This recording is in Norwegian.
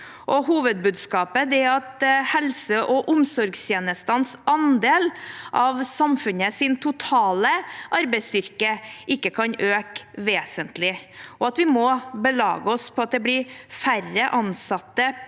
Hovedbudskapet er at helse- og omsorgstjenestenes andel av samfunnets totale arbeidsstyrke ikke kan øke vesentlig, og at vi må belage oss på at det blir færre ansatte